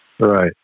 Right